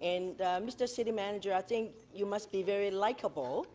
and mr. city manager i think you must be very likable